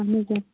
اَہن حظ